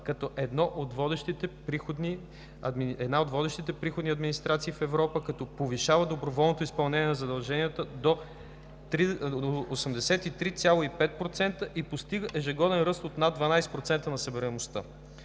като една от водещите приходни администрации в Европа, като повишава доброволното изпълнение на задълженията до 83,5% и постига ежегоден ръст от над 12% на събираемостта.